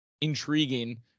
intriguing